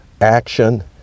action